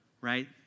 right